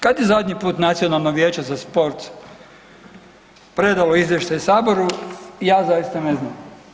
Kada je zadnji put Nacionalno vijeće za sport predalo izvještaj Saboru, ja zaista ne znam.